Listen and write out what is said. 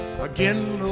again